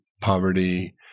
poverty